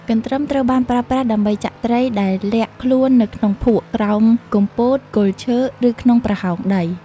កន្ទ្រឹមត្រូវបានប្រើប្រាស់ដើម្បីចាក់ត្រីដែលលាក់ខ្លួននៅក្នុងភក់ ក្រោមគុម្ពោត គល់ឈើ ឬក្នុងប្រហោងដី។